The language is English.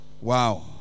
Wow